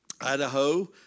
Idaho